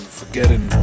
forgetting